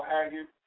Haggard